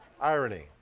Irony